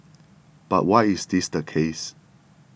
but why is this the case